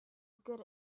good